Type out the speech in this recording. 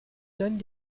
donnent